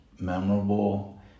memorable